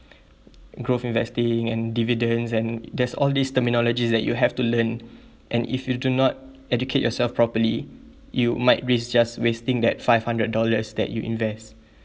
growth investing and dividends and there's all this terminology that you have to learn and if you do not educate yourself properly you might risk just wasting that five hundred dollars that you invest